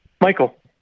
Michael